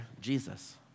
Jesus